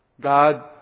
God